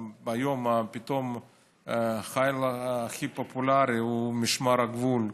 היום פתאום הכי פופולרי הוא משמר הגבול.